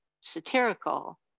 satirical